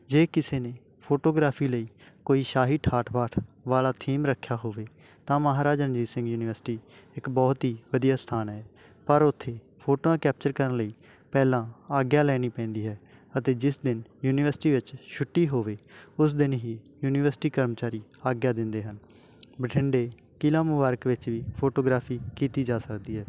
ਜੇ ਕਿਸੇ ਨੇ ਫੋਟੋਗ੍ਰਾਫੀ ਲਈ ਕੋਈ ਸ਼ਾਹੀ ਠਾਠ ਬਾਠ ਵਾਲਾ ਥੀਮ ਰੱਖਿਆ ਹੋਵੇ ਤਾਂ ਮਹਾਰਾਜਾ ਰਣਜੀਤ ਸਿੰਘ ਯੂਨੀਵਰਸਿਟੀ ਇੱਕ ਬਹੁਤ ਹੀ ਵਧੀਆ ਸਥਾਨ ਹੈ ਪਰ ਉੱਥੇ ਫੋਟੋਆਂ ਕੈਪਚਰ ਕਰਨ ਲਈ ਪਹਿਲਾਂ ਆਗਿਆ ਲੈਣੀ ਪੈਂਦੀ ਹੈ ਅਤੇ ਜਿਸ ਦਿਨ ਯੂਨੀਵਰਸਿਟੀ ਵਿੱਚ ਛੁੱਟੀ ਹੋਵੇ ਉਸ ਦਿਨ ਹੀ ਯੂਨੀਵਰਸਿਟੀ ਕਰਮਚਾਰੀ ਆਗਿਆ ਦਿੰਦੇ ਹਨ ਬਠਿੰਡੇ ਕਿਲ੍ਹਾ ਮੁਬਾਰਕ ਵਿੱਚ ਵੀ ਫੋਟੋਗ੍ਰਾਫੀ ਕੀਤੀ ਜਾ ਸਕਦੀ ਹੈ